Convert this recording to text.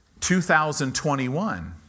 2021